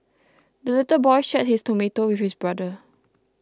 the little boy shared his tomato with his brother